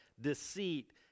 deceit